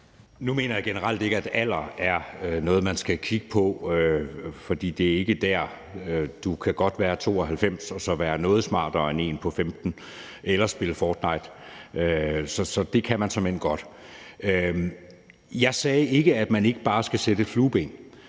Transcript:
Nu mener jeg generelt ikke, at alder er noget, man skal kigge på, for du kan godt være 92 år og så være noget smartere end en på 15 år eller spille »Fortnite«; det kan man såmænd godt. Jeg sagde ikke, at man ikke bare skal sætte et flueben